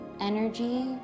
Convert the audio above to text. energy